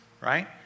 right